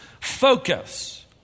focus